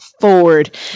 Ford